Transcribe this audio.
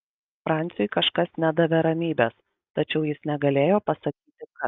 franciui kažkas nedavė ramybės tačiau jis negalėjo pasakyti kas